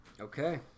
Okay